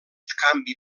canvi